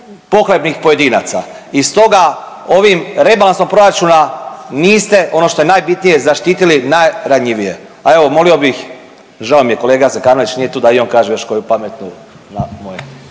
pohlepnih pojedinaca. I stoga ovim rebalansom proračuna niste ono što je najbitnije zaštitili najranjivije, a evo molio bih, žao mi je kolega Zekanović nije tu da i on kaže još koju pametnu na moje.